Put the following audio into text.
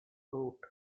fruit